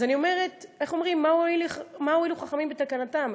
אז אני אומרת: מה הועילו חכמים בתקנתם?